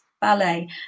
ballet